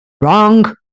Wrong